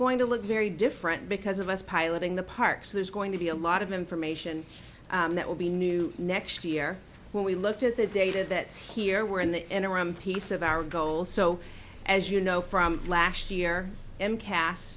going to look very different because of us piloting the park so there's going to be a lot of information that will be new next year when we look at the data that's here we're in the interim piece of our goal so as you know from last year and cas